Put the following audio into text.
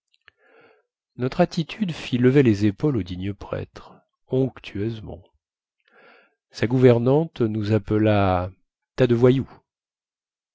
notre attitude fit lever les épaules au digne prêtre onctueusement sa gouvernante nous appela tas de voyous